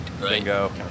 Bingo